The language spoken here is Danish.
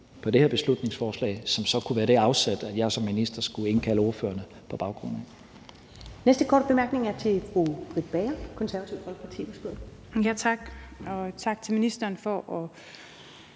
på det her beslutningsforslag, som så kunne være det afsæt, jeg som minister skulle indkalde ordførerne på baggrund